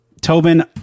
Tobin